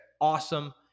awesome